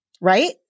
right